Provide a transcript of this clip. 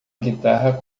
guitarra